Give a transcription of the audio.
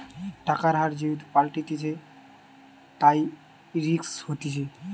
টাকার হার যেহেতু পাল্টাতিছে, তাই রিস্ক হতিছে